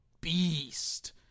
beast